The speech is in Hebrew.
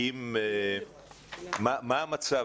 מה המצב,